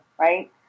Right